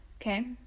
Okay